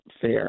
fair